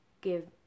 give